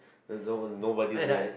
no nobody is there